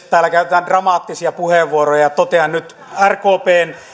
täällä käytetään dramaattisia puheenvuoroja ja totean nyt rkpn